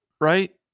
right